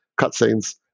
cutscenes